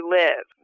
live